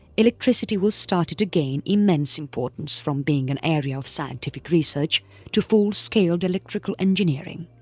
electricity was started to gain immense importance from being an area of scientific research to full scaled electrical engineering.